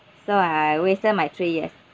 so I wasted my three years